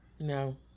No